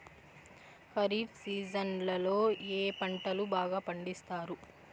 ఖరీఫ్ సీజన్లలో ఏ పంటలు బాగా పండిస్తారు